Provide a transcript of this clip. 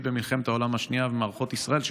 במלחמת עולם השנייה ובמערכות ישראל.